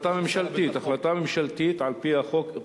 החלטה ממשלתית על-פי החוק.